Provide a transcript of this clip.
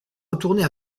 retourner